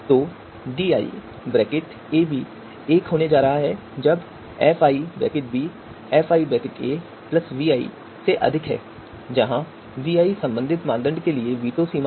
तो di एक होने जा रहा है जब fi fi vi से अधिक है जहां vi संबंधित मानदंड के लिए वीटो सीमा है